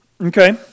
okay